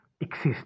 exist